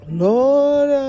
Lord